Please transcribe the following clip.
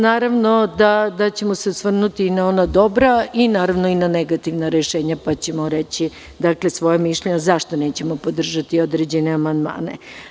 Naravno, da ćemo se osvrnuti i na ona dobra i naravno na negativna rešenja pa ćemo reći svoja mišljenja zašto nećemo podržati određene amandmane.